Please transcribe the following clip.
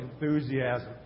enthusiasm